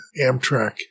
Amtrak